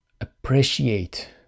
appreciate